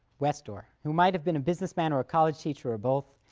west door who might have been a businessman or a college teacher, or both,